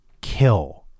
kill